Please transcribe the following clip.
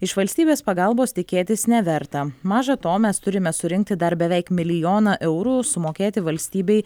iš valstybės pagalbos tikėtis neverta maža to mes turime surinkti dar beveik milijoną eurų sumokėti valstybei